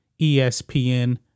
ESPN